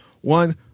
One